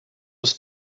was